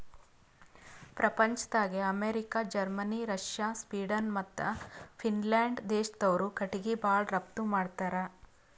ಪ್ರಪಂಚ್ದಾಗೆ America, Germany, Russia, Sweden ಮತ್ತ್ Finland ದೇಶ್ದವ್ರು ಕಟಿಗಿ ಭಾಳ್ ರಫ್ತು ಮಾಡತ್ತರ್